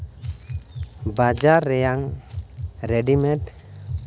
ᱵᱟᱡᱟᱨ ᱨᱮᱭᱟᱜ ᱨᱮᱰᱤᱢᱮᱰ